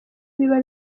biba